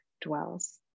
dwells